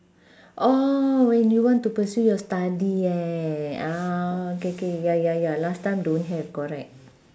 oh when you want to pursue your study eh ah K K ya ya ya last time don't have correct